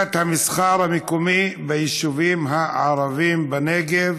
קריסת המסחר המקומי ביישובים הערביים בנגב,